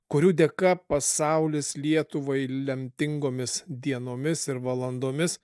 kurių dėka pasaulis lietuvai lemtingomis dienomis ir valandomis